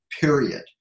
period